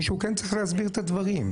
מישהו כן צריך להסביר את הדברים.